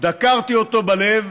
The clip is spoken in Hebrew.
דקרתי אותו בלב,